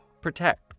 Protect